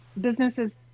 businesses